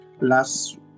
Last